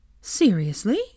Seriously